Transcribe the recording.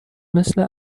مثل